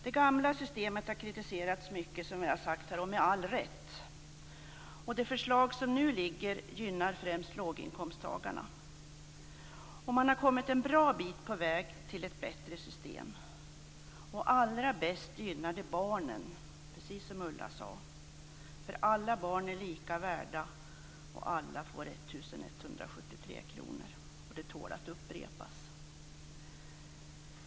Det gamla systemet har kritiserats mycket, såsom har sagts här, och det med all rätt. Det förslag som nu föreligger gynnar främst låginkomsttagarna. Man har kommit en bra bit på väg mot ett bättre system. Allra mest gynnar det barnen, precis som Ulla sade. Alla barn är lika värda, och alla får 1 173 kr. Det tål att upprepas.